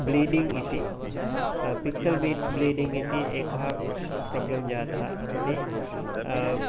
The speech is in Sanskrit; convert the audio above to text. ब्लीडिङ् इति पिक्सल् ब्लीडिङ् इति एकः प्रोब्लं जातम् अस्ति